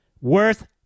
worth